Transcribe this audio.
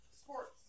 Sports